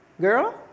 girl